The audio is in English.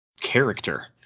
character